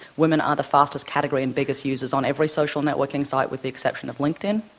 women are the fastest category and biggest users on every social networking site with the exception of linkedin.